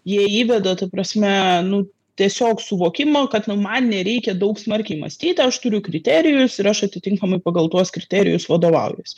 jie įveda ta prasme nu tiesiog suvokimo kad nu man nereikia daug smarkiai mąstyt aš turiu kriterijus ir aš atitinkamai pagal tuos kriterijus vadovaujuosi